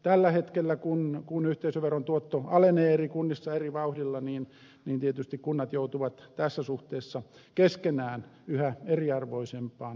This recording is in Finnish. tällä hetkellä kun yhteisöveron tuotto alenee eri kunnissa eri vauhdilla niin tietysti kunnat joutuvat tässä suhteessa keskenään yhä eriarvoisempaan asemaan